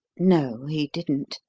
no, he didn't.